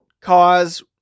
cause